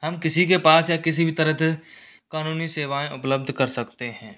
हम किसी के पास या किसी भी तरह कानूनी सेवाएं उपलब्ध कर सकते हैं